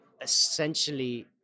essentially